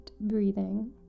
Breathing